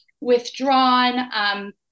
withdrawn